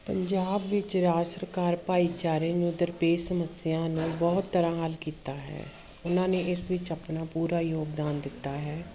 ਪੰਜਾਬ ਵਿੱਚ ਰਾਜ ਸਰਕਾਰ ਭਾਈਚਾਰੇ ਨੂੰ ਦਰਪੇਸ ਸਮੱਸਿਆ ਨੂੰ ਬਹੁਤ ਤਰ੍ਹਾਂ ਹੱਲ ਕੀਤਾ ਹੈ ਉਹਨਾਂ ਨੇ ਇਸ ਵਿੱਚ ਆਪਣਾ ਪੂਰਾ ਯੋਗਦਾਨ ਦਿੱਤਾ ਹੈ